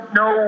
no